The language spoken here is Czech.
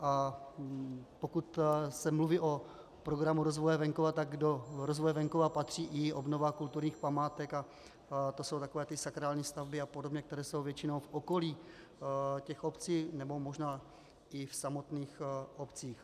A pokud se mluví o Programu rozvoje venkova, tak do rozvoje venkova patří i obnova kulturních památek, to jsou takové ty sakrální stavby a podobně, které jsou většinou v okolí obcí nebo možná i v samotných obcích.